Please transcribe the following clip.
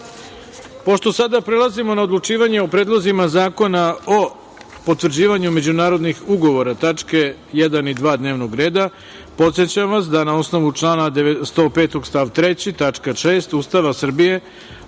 sada prelazimo na odlučivanje o predlozima zakona o potvrđivanju međunarodnih ugovora, (tačke 1. i 2. dnevnog reda), podsećam vas da na osnovu člana 105. stav 3. tačka 6. Ustava Srbije,